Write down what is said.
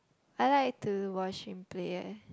I like to watch him play eh